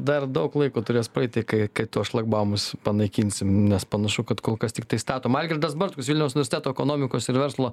dar daug laiko turės praeiti kai kai tuos šlagbaumus panaikinsim nes panašu kad kol kas tiktai statom algirdas bartkus vilniaus unversteto ekonomikos ir verslo